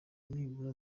nibura